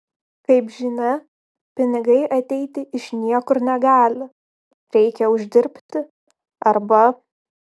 kaip žinia pinigai ateiti iš niekur negali reikia uždirbti arba